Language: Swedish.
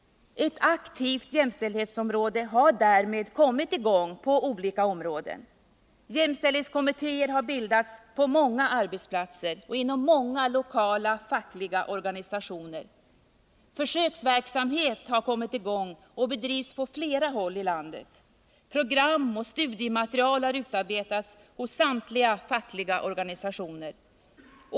Ett aktivt jämställdhetsarbete har därmed kommit i gång på olika områden. Jämställdhetskommittéer har bildats på många arbetsplatser, inom många lokala fackliga organisationer. Försöksverksamhet har kommit i gång och bedrivs på flera håll i landet. Program och studiematerial har utarbetats hos samtliga fackliga organisationer.